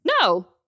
No